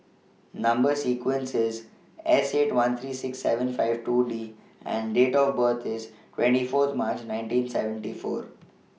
Number sequence IS S eight one three six seven five two D and Date of birth IS twenty Fourth March nineteen seventy four